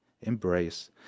Embrace